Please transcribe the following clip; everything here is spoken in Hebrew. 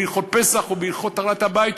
בהלכות פסח או בהלכות טהרת הבית,